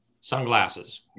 Sunglasses